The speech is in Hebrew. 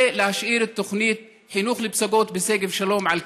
ולהשאיר את התוכנית חינוך לפסגות בשגב שלום על כנה.